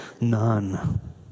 None